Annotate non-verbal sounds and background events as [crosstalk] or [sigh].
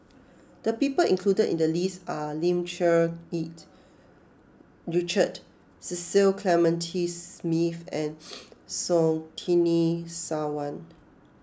the people included in the list are Lim Cherng Yih Richard Cecil Clementi Smith and [noise] Surtini Sarwan